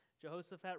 Jehoshaphat